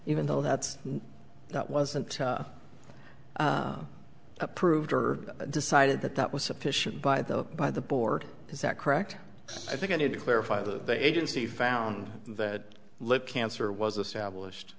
even though that's that wasn't approved or decided that that was sufficient by the by the board is that correct i think i need to clarify that the agency found that lip cancer was established